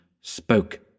spoke